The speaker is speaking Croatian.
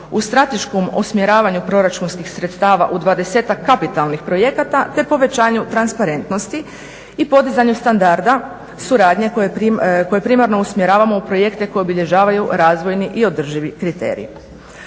u strateškom usmjeravanju proračunskih sredstava u 20-tak kapitalnih projekata te povećanju transparentnosti i podizanju standarda suradnje koja je primarno usmjeravamo u projekte koji obilježavaju razvojni i održivi kriterij.